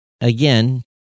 again